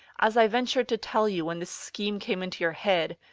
as i ventured to tell you, when this scheme came into your head,